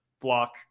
block